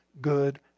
good